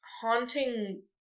haunting